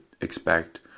expect